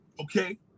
Okay